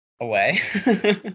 away